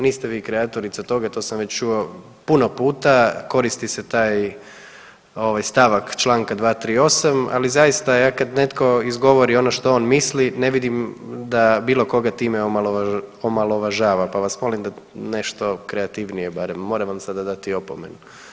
Niste vi kreatorica toga, to sam već čuo puno puta, koristi se taj, ovaj stavak čl. 238., ali zaista ja kad netko izgovori ono što on misli ne vidim da bilo koga time omalovažava, pa vas molim da nešto kreativnije barem, moram vam sada dati opomenu.